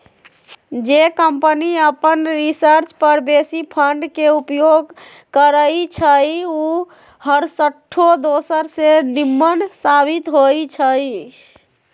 जे कंपनी अप्पन रिसर्च पर बेशी फंड के उपयोग करइ छइ उ हरसठ्ठो दोसर से निम्मन साबित होइ छइ